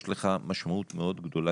יש לך משמעות מאוד גדולה